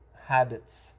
habits